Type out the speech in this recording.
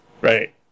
Right